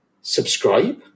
Subscribe